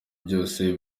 byose